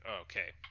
okay